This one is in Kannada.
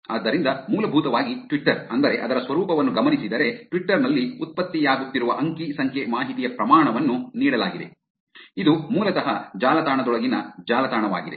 ಆದ್ದರಿಂದ ಮೂಲಭೂತವಾಗಿ ಟ್ವಿಟರ್ ಅಂದರೆ ಅದರ ಸ್ವರೂಪವನ್ನು ಗಮನಿಸಿದರೆ ಟ್ವಿಟರ್ ನಲ್ಲಿ ಉತ್ಪತ್ತಿಯಾಗುತ್ತಿರುವ ಅಂಕಿ ಸಂಖ್ಯೆ ಮಾಹಿತಿಯ ಪ್ರಮಾಣವನ್ನು ನೀಡಲಾಗಿದೆ ಇದು ಮೂಲತಃ ಜಾಲತಾಣದೊಳಗಿನ ಜಾಲತಾಣವಾಗಿದೆ